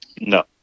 No